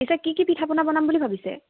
পিছে কি কি পিঠা পনা বনাম বুলি ভাবিছে